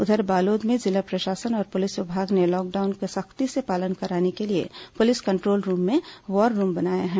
उधर बालोद में जिला प्रशासन और पुलिस विभाग ने लॉकडाउन का सख्ती से पालन कराने के लिए पुलिस कंट्रोल रूम में वार रूम बनाया है